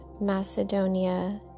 Macedonia